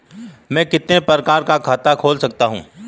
मैं कितने प्रकार का खाता खोल सकता हूँ?